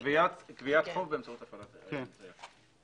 חוב באמצעות הפעלת אמצעי אכיפה.